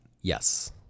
Yes